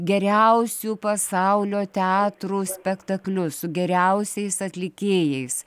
geriausių pasaulio teatrų spektaklius su geriausiais atlikėjais